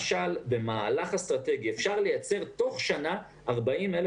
במהלך אסטרטגי אפשר לייצר תוך שנה 40,000